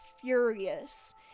furious